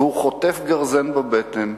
והוא חוטף גרזן בבטן,